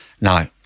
No